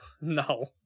No